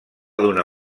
donar